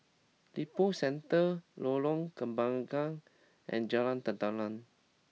Lippo Centre Lorong Kembagan and Jalan Tenteram